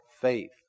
faith